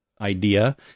idea